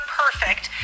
perfect